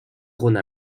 rhône